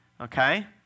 okay